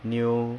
new